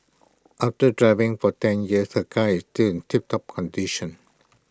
after driving for ten years her car is still in tiptop condition